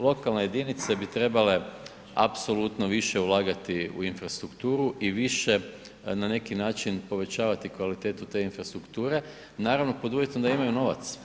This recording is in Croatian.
Lokalne jedinice bi trebale apsolutno više ulagati u infrastrukturu i više na neki način povećavati kvalitetu te infrastrukture, naravno pod uvjetom da imaju novac.